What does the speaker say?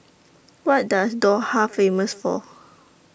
What dose Doha Famous For